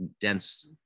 dense